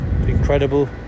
incredible